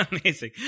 amazing